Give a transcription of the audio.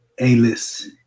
A-list